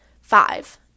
Five